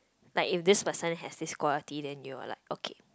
like if this person has this quality then you are like okay